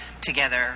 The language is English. together